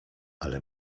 ale